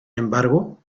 embargo